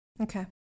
Okay